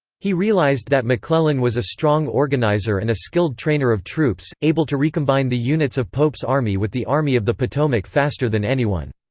he realized that mcclellan was a strong organizer and a skilled trainer of troops, able to recombine the units of pope's army with the army of the potomac faster than anyone.